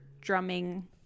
drumming